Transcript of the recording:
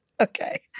Okay